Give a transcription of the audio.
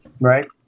Right